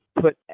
put